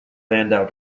landau